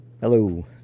hello